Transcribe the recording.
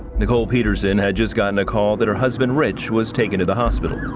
nicole peterson had just gotten a call that her husband rich was taken to the hospital.